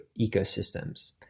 ecosystems